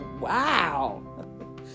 wow